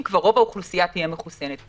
רוב האוכלוסייה כבר תהיה מחוסנת.